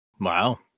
Wow